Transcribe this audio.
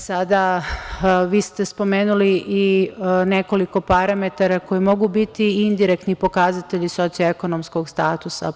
Sada, vi ste spomenuli i nekoliko parametara koji mogu biti indirektni pokazatelji socijalno-ekonomskog statusa.